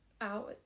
out